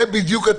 זה בדיוק התמהיל